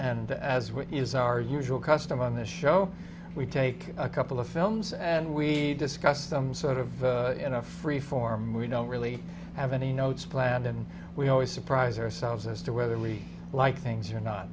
and as we use our usual custom on this show we take a couple of films and we discuss them sort of in a free form we don't really have any notes planned and we always surprise ourselves as to whether we like things or not